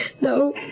No